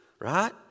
right